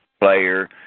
player